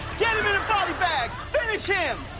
get him in a body bag. finish him!